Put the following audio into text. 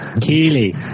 Keely